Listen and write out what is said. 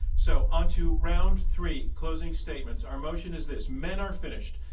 so, onto round three, closing statements. our motion is this, men are finished.